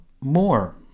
more